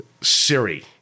Siri